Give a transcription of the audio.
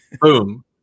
Boom